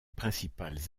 principales